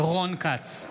רון כץ,